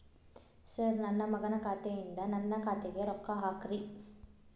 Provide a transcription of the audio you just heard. sir ನನ್ನ ಮಗನ ಖಾತೆ ಯಿಂದ ನನ್ನ ಖಾತೆಗ ರೊಕ್ಕಾ ಹಾಕ್ರಿ